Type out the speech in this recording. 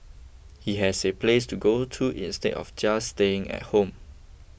he has a place to go to instead of just staying at home